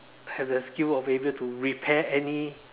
have the skill of able to repair any